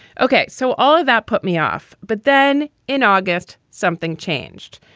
ok. so all of that put me off. but then in august, something changed.